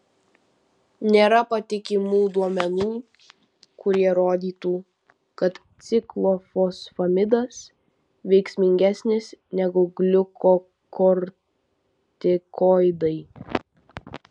nėra patikimų duomenų kurie rodytų kad ciklofosfamidas veiksmingesnis negu gliukokortikoidai